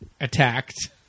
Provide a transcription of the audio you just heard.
attacked